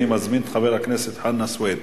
אני מזמין את חבר הכנסת חנא סוייד.